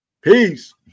Peace